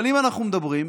אבל אם אנחנו מדברים,